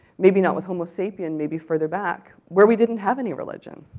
maybe not with homo sapiens, maybe further back, where we didn't have any religion.